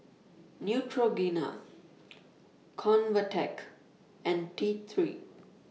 Neutrogena Convatec and T three